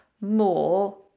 more